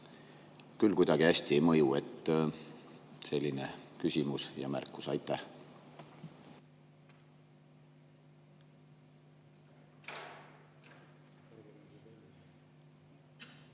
küll kuidagi hästi ei mõju. Selline küsimus ja märkus. Aitäh!